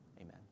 amen